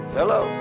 hello